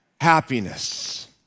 happiness